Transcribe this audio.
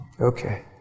Okay